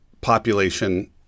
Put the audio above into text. population